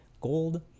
gold